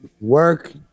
Work